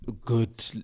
good